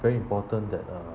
very important that uh